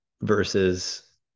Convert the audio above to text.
versus